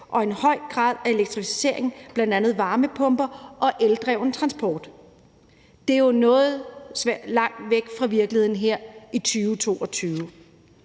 og en høj grad af elektrificering, bl.a. varmepumper og eldreven transport. Det er jo noget langt væk fra virkeligheden her i 2022.